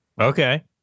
Okay